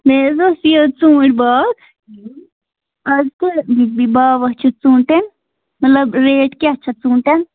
مےٚ حظ اوس یہِ ژھوٗنٛٹھ باغ آز کیٚاہ باوا چھِ ژوٗنٛٹیٚن مطلب ریٹ کیٛاہ چھےٚ ژوٗنٛتیٚن